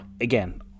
again